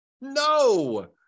No